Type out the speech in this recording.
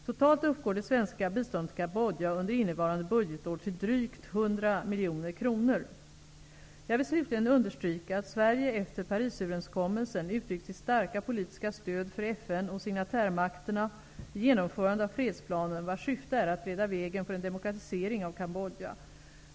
Totalt uppgår det svenska biståndet till Kambodja under innevarande budgetår till drygt 100 miljoner kronor. Jag vill slutligen understryka att Sverige efter Parisöverenskommelsen uttryckt sitt starka politiska stöd för FN och signatärmakterna i genomförandet av fredsplanen, vars syfte är att bereda vägen för en demokratisering av Kambodja.